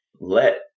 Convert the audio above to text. let